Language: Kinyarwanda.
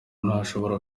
ntashobora